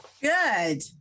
good